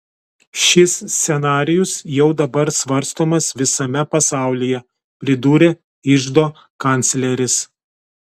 šis scenarijus jau dabar svarstomas visame pasaulyje pridūrė iždo kancleris